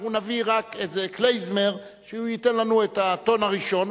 אנחנו נביא רק איזה כלייזמר שייתן לנו את הטון הראשון,